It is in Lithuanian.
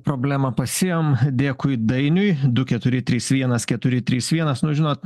problemą pasėjom dėkui dainiui du keturi trys vienas keturi trys vienas nu žinot